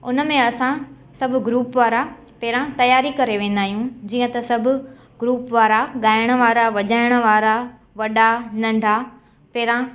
उन में असां सभु ग्रुप वारा पहिरियां तियारी करे वेंदा आहियूं जीअं त सभु ग्रुप वारा ॻाइण वारा वॼाइण वारा वॾा नंढा पहिरियां